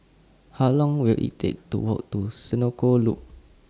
How Long Will IT Take to Walk to Senoko Loop